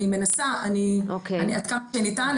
אני מנסה עד כמה שניתן,